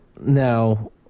now